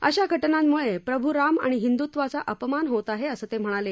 अशा घटनांम्ळे प्रभू राम आणि हिंदृत्वाचा अपमान होत आहे असं ते म्हणाले